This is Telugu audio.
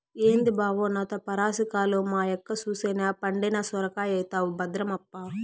ఏంది బావో నాతో పరాసికాలు, మా యక్క సూసెనా పండిన సొరకాయైతవు భద్రమప్పా